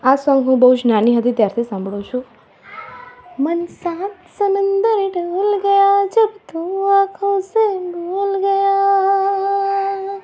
આ સોંગ હું બહુજ નાની હતી ત્યારથી સાંભળું છું